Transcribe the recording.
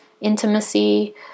intimacy